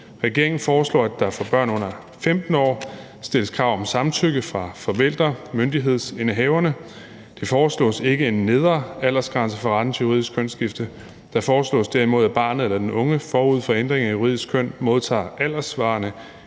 Regeringen foreslår, at der for børn under 15 år stilles krav om samtykke fra forældrene, myndighedsindehaverne. Der foreslås ikke en nedre aldersgrænse for retten til juridisk kønsskifte, men der foreslås derimod, at barnet eller den unge forud for ændringen af juridisk køn modtager alderssvarende